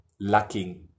lacking